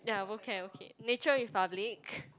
ya both can okay Nature-Republic